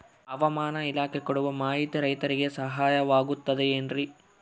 ಹವಮಾನ ಇಲಾಖೆ ಕೊಡುವ ಮಾಹಿತಿ ರೈತರಿಗೆ ಸಹಾಯವಾಗುತ್ತದೆ ಏನ್ರಿ?